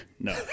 No